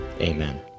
Amen